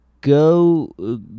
go